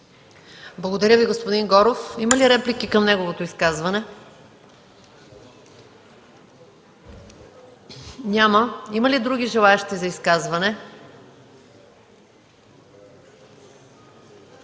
Благодаря Ви, господин Горов. Има ли реплики към неговото изказване? Няма. Има ли други желаещи за изказвания?